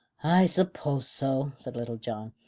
i suppose so, said little john,